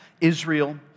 Israel